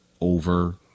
over